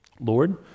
Lord